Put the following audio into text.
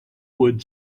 would